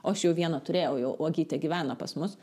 o aš jau vieną turėjau jau uogytė gyveno pas mus